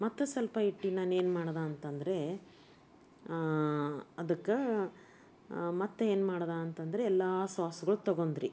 ಮತ್ತು ಸ್ವಲ್ಪ ಇಟ್ಟು ನಾನೇನು ಮಾಡ್ದೆ ಅಂತ ಅಂದ್ರೆ ಅದಕ್ಕೆ ಮತ್ತು ಏನ್ಮಾಡ್ದೆ ಅಂತ ಅಂದ್ರೆ ಎಲ್ಲ ಸಾಸುಗಳು ತೊಗೊಂಡ್ರಿ